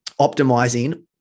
optimizing